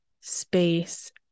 space